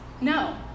No